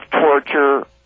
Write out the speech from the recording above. torture